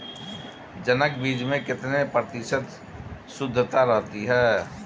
जनक बीज में कितने प्रतिशत शुद्धता रहती है?